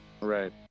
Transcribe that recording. Right